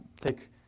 take